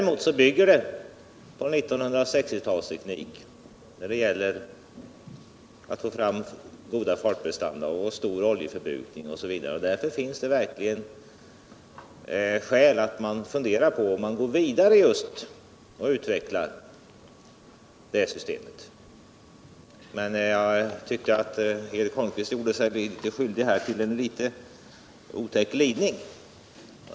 Men bygger på 1960-talsteknik när det gäller fartprestanda, oljeförbrukning osv., och därför finns. det verkligen skäl att fundera på om man skall gå vidare och utveckla sys:emet. Jag tyckte Eric Holmqvist gjorde sig; skyldig till en litet otäck glidning.